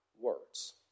words